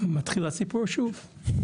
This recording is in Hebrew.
מתחיל הסיפור שוב.